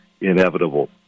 inevitable